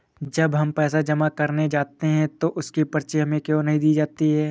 जब हम पैसे जमा करने जाते हैं तो उसकी पर्ची हमें क्यो नहीं दी जाती है?